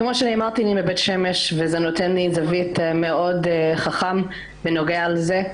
כמו שאמרתי אני מבית שמש וזה נותן לי זווית מאוד חכמה בנוגע לזה.